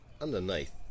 underneath